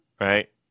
right